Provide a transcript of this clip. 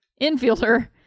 infielder